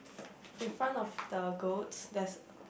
in front of the goats there's